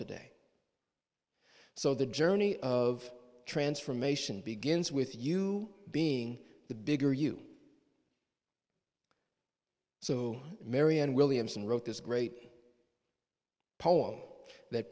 today so the journey of transformation begins with you being the bigger you so marianne williamson wrote this great poem that